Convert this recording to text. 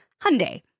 Hyundai